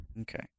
Okay